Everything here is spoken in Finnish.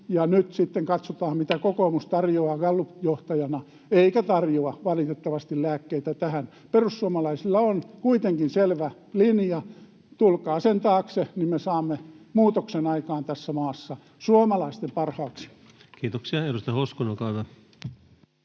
mitä kokoomus tarjoaa gallupjohtajana — eikä se tarjoa valitettavasti lääkkeitä tähän. Perussuomalaisilla on kuitenkin selvä linja. Tulkaa sen taakse, niin me saamme muutoksen aikaan tässä maassa, suomalaisten parhaaksi. [Speech 168] Speaker: